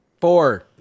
Four